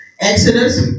Exodus